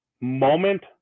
moment